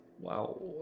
Wow